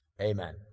Amen